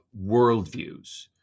worldviews